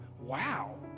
wow